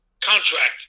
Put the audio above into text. contract